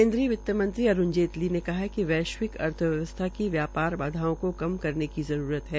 केन्द्रीय वित्तमंत्री जेतली ने कहा है कि वैश्विक अर्थव्यवस्था की व्यापार बाधाओं को कम करने की जरूरत है